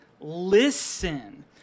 Listen